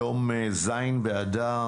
היום ז' באדר,